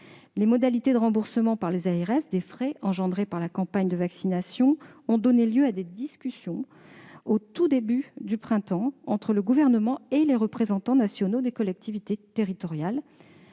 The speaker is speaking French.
régionales de santé (ARS) des frais engendrés par la campagne de vaccination ont donné lieu à des discussions au tout début du printemps entre le Gouvernement et les représentants nationaux des collectivités territoriales.